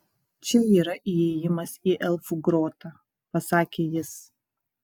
čia yra įėjimas į elfų grotą pasakė jis